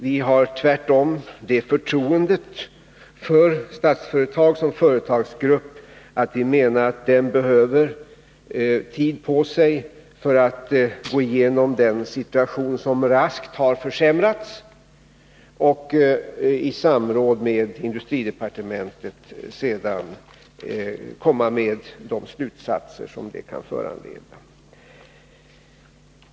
Vi har tvärtom det förtroendet för Statsföretag som företagsgrupp att vi menar att den behöver tid på sig för att gå igenom sin situation, som raskt har försämrats, och sedan i samråd med industridepartementet dra de slutsatser som det kan föranleda.